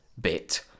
bit